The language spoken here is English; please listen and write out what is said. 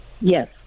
Yes